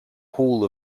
hall